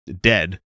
dead